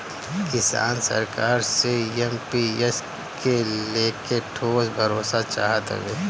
किसान सरकार से एम.पी.एस के लेके ठोस भरोसा चाहत हवे